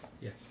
Yes